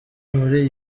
muri